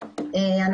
התושבים,